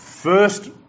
First